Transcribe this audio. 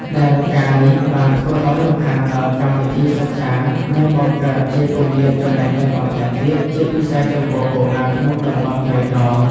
ដែលការណ៍នេះបានធ្វើឱ្យរំខានដល់កម្មវិធីសិក្សា និងបង្កើតជាគម្លាតចំណេះដឹងបន្ថែមទៀត ជាពិសេសចំពោះកុមារក្នុងតំបន់ក្រីក្រ។